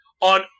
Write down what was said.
On